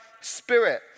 Spirit